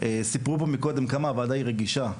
סיפרו פה מקודם כמה הוועדה היא רגישה,